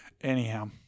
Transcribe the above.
anyhow